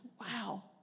wow